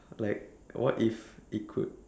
like what if it could